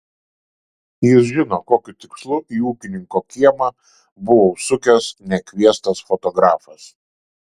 jis žino kokiu tikslu į ūkininko kiemą buvo užsukęs nekviestas fotografas